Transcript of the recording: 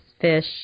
fish